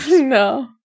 No